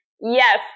Yes